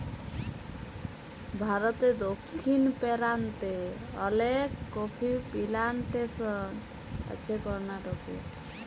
ভারতে দক্ষিণ পেরান্তে অলেক কফি পিলানটেসন আছে করনাটকে